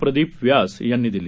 प्रदीप व्यास यांनी दिली